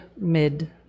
mid